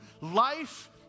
life